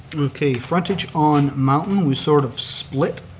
okay, frontage on mountain we sort of split.